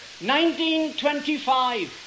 1925